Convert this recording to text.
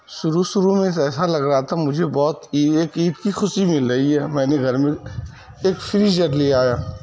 شروع شروع میں ایسا لگ رہا تھا مجھے بہت یہ کی ایک یہ خوشی مل رہی ہے میں نے گھر میں ایک فریزر لے آیا